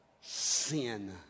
sin